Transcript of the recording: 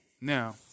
Now